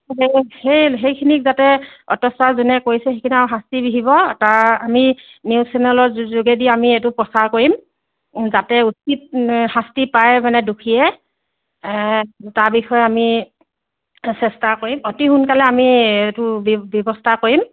সেই সেইখিনিক যাতে অত্যাচাৰ যোনে কৰিছে সেইখিনি আৰু শাস্তি বিহিব তাৰ আমি নিউজ চেনেলৰ যোগেদি আমি এইটো প্ৰচাৰ কৰিম যাতে উচিত শাস্তি পায় মানে দোষীয়ে তাৰ বিষয়ে আমি চেষ্টা কৰিম অতি সোনকালে আমি এইটো ব্যৱস্থা কৰিম